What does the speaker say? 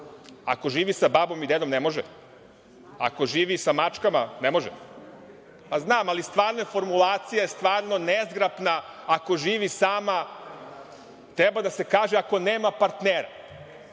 Ako živi sa babom i dedom, ne može? Ako živi sa mačkama, ne može? Znam, ali stvarno je formulacija nezgrapna – ako živi sama. Treba da se kaže – ako nema partnera.